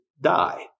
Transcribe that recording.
die